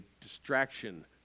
distraction